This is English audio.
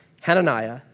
Hananiah